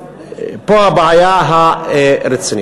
פה הבעיה הרצינית.